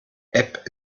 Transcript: app